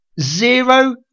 Zero